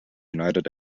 united